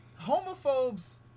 homophobes